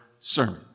sermon